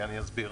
אני אסביר: